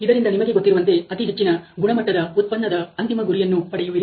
ಇದರಿಂದ ನಿಮಗೆ ಗೊತ್ತಿರುವಂತೆ ಅತಿ ಹೆಚ್ಚಿನ ಗುಣಮಟ್ಟದ ಉತ್ಪನ್ನದ ಅಂತಿಮ ಗುರಿಯನ್ನು ಪಡೆಯುವಿರಿ